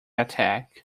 attack